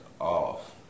off